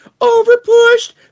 overpushed